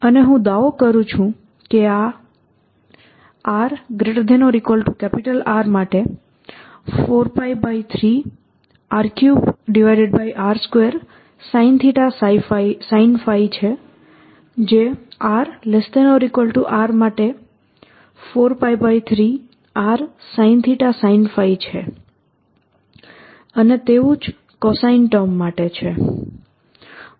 અને હું દાવો કરું છું કે આ r ≥ R માટે 4π3R3r2sinθ sinϕ છે જે rR માટે 4π3 r sinθ sinϕ છે અને તેવું જ કોસાઇન ટર્મ માટે છે